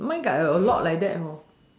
mine got a lot like that